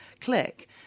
click